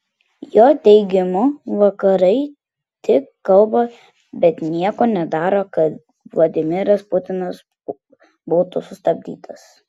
jo teigimu vakarai tik kalba bet nieko nedaro kad vladimiras putinas būtų sustabdytas